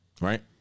Right